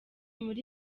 muri